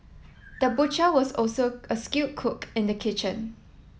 the butcher was also a skilled cook in the kitchen